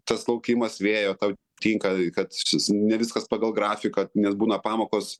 tas laukimas vėjo tau tinka kad ne viskas pagal grafiką nes būna pamokos